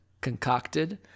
concocted